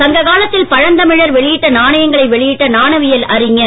சங்க காலத்தில் பழந்தமிழ் வெளியிட்ட நாணயங்களை வெளியிட்ட நாணயவியல் அறிஞர்